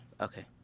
Okay